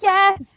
Yes